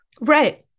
Right